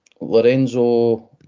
Lorenzo